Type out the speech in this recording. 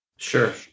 Sure